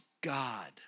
God